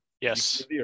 yes